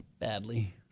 Badly